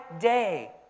day